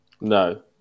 No